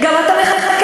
אתה מחכה,